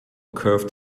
curved